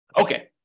Okay